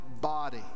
body